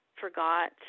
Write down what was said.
forgot